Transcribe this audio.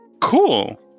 cool